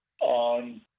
on